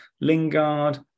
Lingard